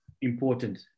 important